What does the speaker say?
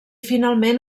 finalment